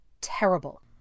terrible